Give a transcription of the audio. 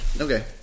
Okay